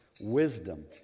wisdom